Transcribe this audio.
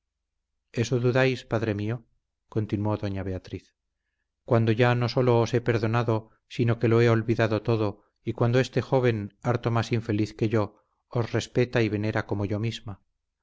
eso dudáis padre mío continuó doña beatriz cuando ya no sólo os he perdonado sino que lo he olvidado todo y cuando este joven harto más infeliz que yo os respeta y venera como yo misma